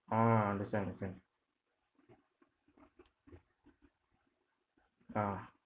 ah understand understand ah